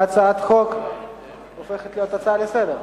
אני מבין שהצעת החוק הופכת להיות הצעה לסדר-היום.